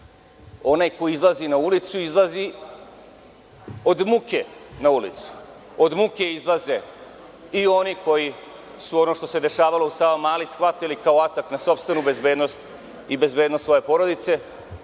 Onaj ko izlazi na ulicu izlazi od muke na ulicu. Od muke izlaze i oni koji su ono što se dešavalo u „Savamali“ shvatili kao atak na sopstvenu bezbednost i bezbednost svoje porodice.